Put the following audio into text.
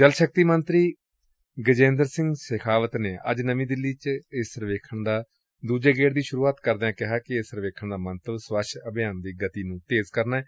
ਜਲ ਸ਼ਕਤੀ ਮੰਤਰੀ ਗਜੇਂਦਰ ਸਿੰਘ ਸੇਖਾਵਤ ਨੇ ਅੱਜ ਨਵੀ ਦਿੱਲੀ ਚ ਇਸ ਸਰਵੇਖਣ ਦੇ ਦੁਜੇ ਗੇੜ ਦੀ ਸ਼ਰੁਆਤ ਕਰਦਿਆਂ ਕਿਹਾ ਕਿ ਇਸ ਸਰਵੇਖਣ ਦਾ ਮੰਤਵ ਸਵੱਛ ਅਭਿਆਨ ਦੀ ਗਤੀ ਤੇਜ਼ ਕਰਨਾ ਏ